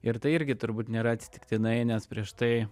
ir tai irgi turbūt nėra atsitiktinai nes prieš tai